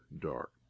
dark